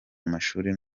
amashuri